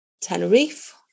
Tenerife